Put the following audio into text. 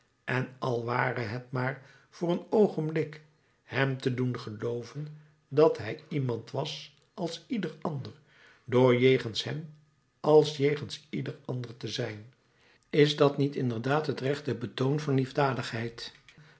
en al ware het maar voor een oogenblik hem te doen gelooven dat hij iemand was als ieder ander door jegens hem als jegens ieder ander te zijn is dat niet inderdaad het rechte betoon van liefdadigheid